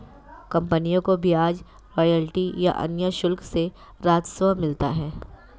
कंपनियों को ब्याज, रॉयल्टी या अन्य शुल्क से राजस्व मिलता है